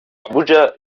abuja